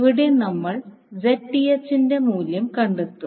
ഇവിടെ നമ്മൾ ന്റെ മൂല്യം കണ്ടെത്തും